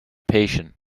patient